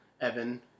Evan